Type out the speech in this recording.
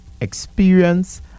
experience